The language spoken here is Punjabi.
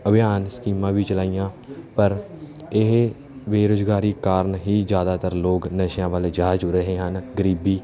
ਅਭਿਆਨ ਸਕੀਮਾਂ ਵੀ ਚਲਾਈਆਂ ਪਰ ਇਹ ਬੇਰੁਜ਼ਗਾਰੀ ਕਾਰਨ ਹੀ ਜ਼ਿਆਦਾਤਰ ਲੋਕ ਨਸ਼ਿਆਂ ਵੱਲ ਜਾ ਜੁ ਰਹੇ ਹਨ ਗਰੀਬੀ